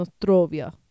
Nostrovia